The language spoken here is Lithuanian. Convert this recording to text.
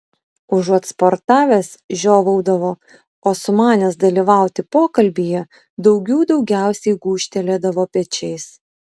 užuot sportavęs žiovaudavo o sumanęs dalyvauti pokalbyje daugių daugiausiai gūžtelėdavo pečiais